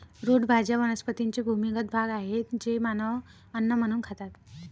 route भाज्या वनस्पतींचे भूमिगत भाग आहेत जे मानव अन्न म्हणून खातात